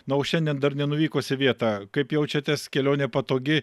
na o šiandien dar nenuvykus į vietą kaip jaučiatės kelionė patogi